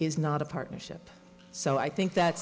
is not a partnership so i think that